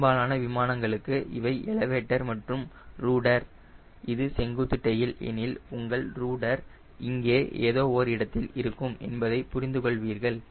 பெரும்பாலான இந்த விமானங்களுக்கு இவை எலேவட்டர் மற்றும் ரூடர் இது செங்குத்து டெயில் எனில் உங்கள் ரூடர் இங்கே ஏதோ ஓர் இடத்தில் இருக்கும் என்பதை புரிந்துகொள்வீர்கள்